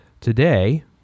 Today